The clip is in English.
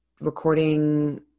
recording